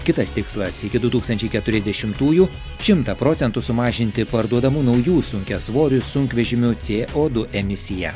kitas tikslas iki du tūkstančiai keturiasdešimtųjų šimtą procentų sumažinti parduodamų naujų sunkiasvorių sunkvežimių cė o du emisiją